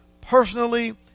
personally